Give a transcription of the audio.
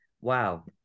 wow